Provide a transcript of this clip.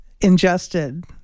ingested